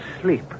sleep